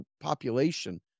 population